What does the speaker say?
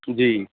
जी